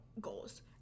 goals